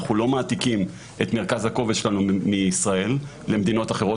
אנחנו לא מעתיקים את מרכז הכובד שלנו מישראל למדינות אחרות,